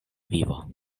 vivo